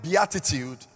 Beatitude